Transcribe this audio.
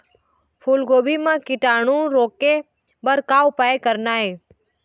फूलगोभी म कीटाणु रोके बर का उपाय करना ये?